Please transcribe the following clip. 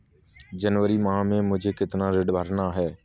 जनवरी माह में मुझे कितना ऋण भरना है?